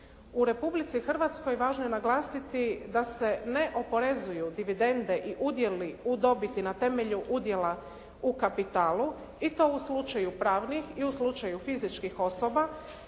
U Republici Hrvatskoj važno je naglasiti da se ne oporezuju dividende i udjeli u dobiti na temelju udjela u kapitalu i to u slučaju pravnih i u slučaju fizičkih osoba.